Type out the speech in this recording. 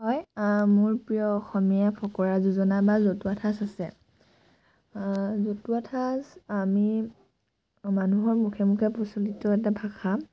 হয় মোৰ প্ৰিয় অসমীয়া ফকৰা যোজনা বা জতুৱা ঠাঁচ আছে জতুৱা ঠাঁচ আমি মানুহৰ মুখে মুখে প্ৰচলিত এটা ভাষা